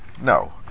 No